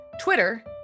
Twitter